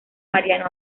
mariano